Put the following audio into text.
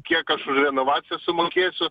kiek aš už renovaciją sumokėsiu